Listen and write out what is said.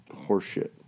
horseshit